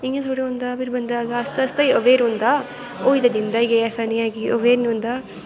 इयां थोड़ी होंदा फिर बंदा आस्ता आस्ता ई अवेयर होंदा होई ते जंदा गै ऐ ऐसा मी ऐ कि नेंई होंदा